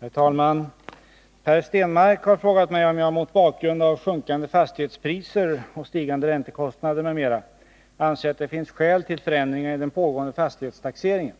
Herr talman! Per Stenmarck har frågat mig om jag mot bakgrund av sjunkande fastighetspriser och stigande räntekostnader m.m. anser att det finns skäl till förändringar i den pågående fastighetstaxeringen.